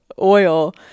oil